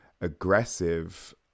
aggressive